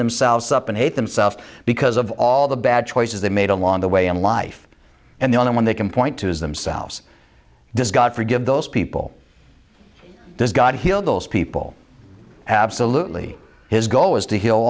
themselves up and hate themselves because of all the bad choices they made along the way in life and the only one they can point to is themselves does god forgive those people does god heal those people absolutely his goal is to heal